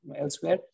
elsewhere